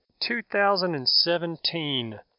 2017